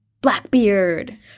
Blackbeard